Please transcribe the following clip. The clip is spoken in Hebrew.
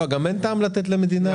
גם אין טעם לתת למדינה